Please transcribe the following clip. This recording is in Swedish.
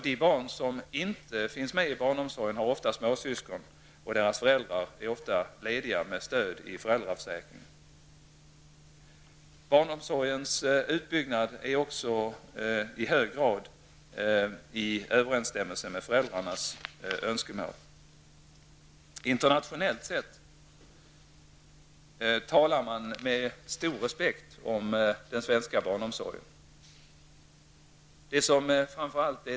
De barn som inte finns med i barnomsorgen har ofta småsyskon, och deras föräldrar är ofta lediga med stöd i föräldraförsäkringen. Barnomsorgens utbyggnad är också i hög grad i överensstämmelse med föräldrarnas önskemål. Internationellt talar man med stor respekt om den svenska barnomsorgen.